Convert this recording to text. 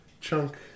Chunk